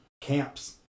camps